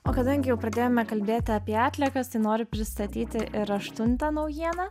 o kadangi jau pradėjome kalbėti apie atliekas tai noriu pristatyti ir aštuntą naujieną